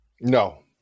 No